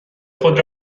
خود